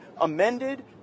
amended